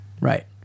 Right